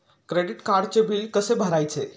Credit कार्डचे bill कसे भरायचे?